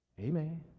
Amen